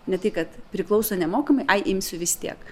ne tai kad priklauso nemokamai ai imsiu vis tiek